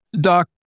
Doc